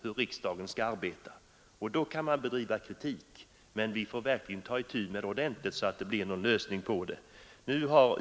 Kritik kan alltid anföras, men vi måste verkligen ta itu med frågan ordentligt så att vi får en lösning på den.